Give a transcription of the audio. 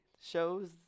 shows